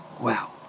Wow